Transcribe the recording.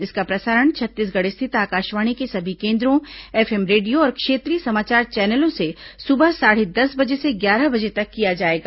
इसका प्रसारण छत्तीसगढ़ स्थित आकाशवाणी के सभी केन्द्रों एफएम रेडियो और क्षेत्रीय समाचार चैनलों से सुबह साढ़े दस बजे से ग्यारह बजे तक किया जाएगा